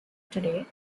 today